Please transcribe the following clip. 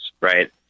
Right